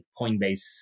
Coinbase